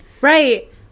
Right